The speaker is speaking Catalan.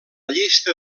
llista